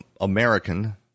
American